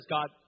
God